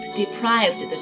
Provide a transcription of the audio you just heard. deprived